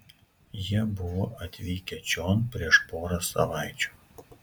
jie buvo atvykę čion prieš porą savaičių